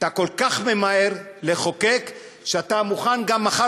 אתה כל כך ממהר לחוקק שאתה מוכן גם מחר